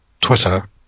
Twitter